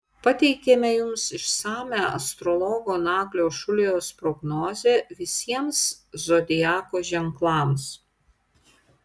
pateikiame jums išsamią astrologo naglio šulijos prognozę visiems zodiako ženklams